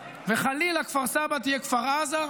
-- וחלילה כפר סבא תהיה כפר עזה,